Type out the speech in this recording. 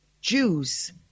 Jews